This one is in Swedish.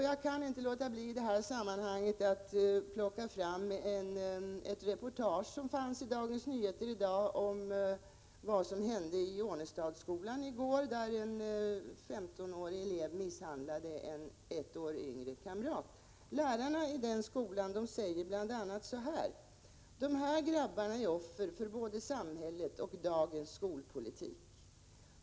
Jag kan inte låta bli att i detta sammanhang plocka fram ett reportage i Dagens Nyheter i dag om vad som hände i Ånestadsskolan i går, där en 15-årig elev misshandlade en ett år yngre kamrat. En lärare vid skolan säger bl.a. följande: ”De här grabbarna är offer för både samhället och dagens skolpolitik.